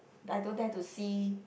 I don't dare to see